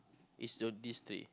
it's so this three